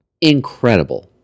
Incredible